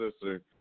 sister